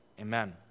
Amen